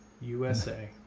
USA